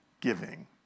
giving